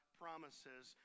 promises